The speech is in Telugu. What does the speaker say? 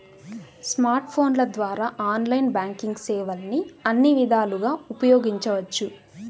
స్మార్ట్ ఫోన్ల ద్వారా ఆన్లైన్ బ్యాంకింగ్ సేవల్ని అన్ని విధాలుగా ఉపయోగించవచ్చు